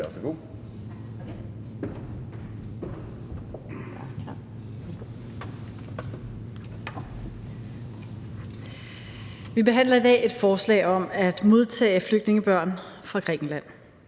Vi behandler i dag et forslag om at modtage flygtningebørn fra Grækenland.